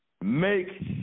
make